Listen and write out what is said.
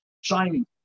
shining